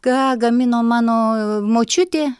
ką gamino mano močiutė